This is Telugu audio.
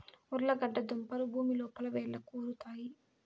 ఉర్లగడ్డ దుంపలు భూమి లోపల వ్రేళ్లకు ఉరుతాయి